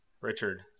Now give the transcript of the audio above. Richard